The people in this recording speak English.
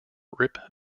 rip